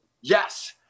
Yes